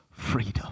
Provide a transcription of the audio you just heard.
freedom